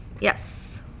Yes